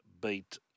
beat